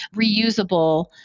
reusable